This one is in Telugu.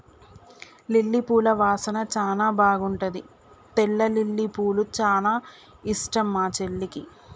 లిల్లీ పూల వాసన చానా మంచిగుంటది తెల్ల లిల్లీపూలు చానా ఇష్టం మా చెల్లికి